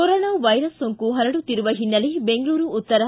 corona virus ಸೋಂಕು ಹರಡುತ್ತಿರುವ ಹಿನ್ನೆಲೆ ಬೆಂಗಳೂರು ಉತ್ತರ